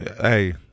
Hey